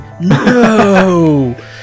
No